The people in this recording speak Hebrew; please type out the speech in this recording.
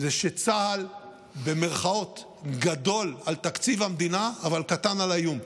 שצה"ל גדול על תקציב המדינה אבל קטן על האיום,